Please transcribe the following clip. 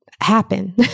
happen